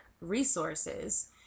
resources